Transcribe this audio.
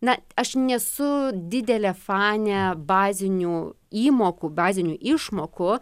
na aš nesu didelė fanė bazinių įmokų bazinių išmokų